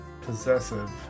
possessive